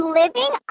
living